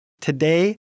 Today